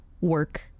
work